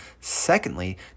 Secondly